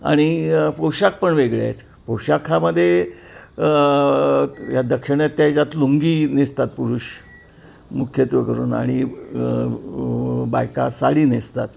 आणि पोशाख पण वेगळे आहेत पोशाखामध्ये ह्या दक्षिणात्य याच्यात लुंगी नेसतात पुरुष मुख्यत्वेकरून आणि बायका साडी नेसतात